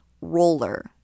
roller